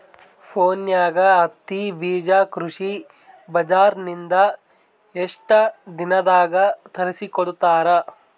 ಫೋನ್ಯಾಗ ಹತ್ತಿ ಬೀಜಾ ಕೃಷಿ ಬಜಾರ ನಿಂದ ಎಷ್ಟ ದಿನದಾಗ ತರಸಿಕೋಡತಾರ?